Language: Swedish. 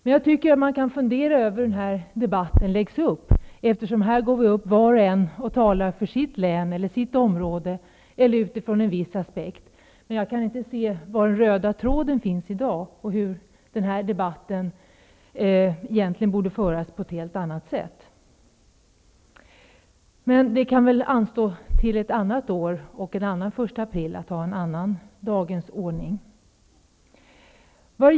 Men man kan fundera över hur debatten läggs upp. Här går var och en upp i talarstolen och talar för sitt län eller område eller utifrån en viss aspekt. Jag kan inte se var den röda tråden finns i dag eller hur debatten skulle kunna föras på annat sätt. Men det kan anstå till ett annat år och en annan första april att ha en annan dagens ordning.